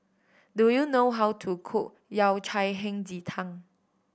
do you know how to cook Yao Cai Hei Ji Tang